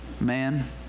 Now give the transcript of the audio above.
man